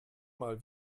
mal